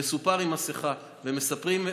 המסופר עם מסכה ומספרים,